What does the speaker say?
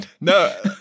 No